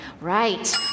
Right